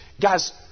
guys